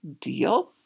deal